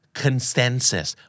consensus